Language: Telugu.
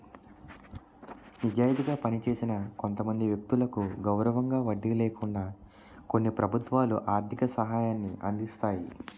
నిజాయితీగా పనిచేసిన కొంతమంది వ్యక్తులకు గౌరవంగా వడ్డీ లేకుండా కొన్ని ప్రభుత్వాలు ఆర్థిక సహాయాన్ని అందిస్తాయి